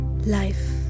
life